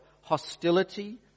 hostility